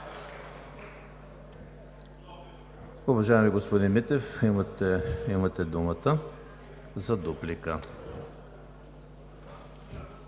Уважаеми господин Митев, имате думата за дуплика.